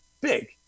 big